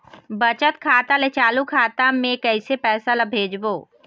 बचत खाता ले चालू खाता मे कैसे पैसा ला भेजबो?